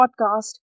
podcast